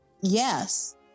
Yes